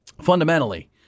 Fundamentally